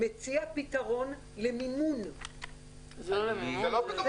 מציע פתרון למימון --- לא למימון